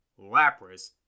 Lapras